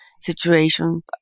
situation